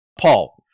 Paul